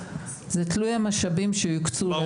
זה תלוי במשאבים שיוקצו לנו.